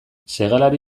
segalari